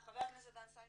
חבר הכנסת דן סידה,